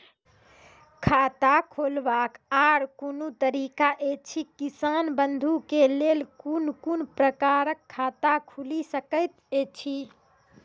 खाता खोलवाक आर कूनू तरीका ऐछि, किसान बंधु के लेल कून कून प्रकारक खाता खूलि सकैत ऐछि?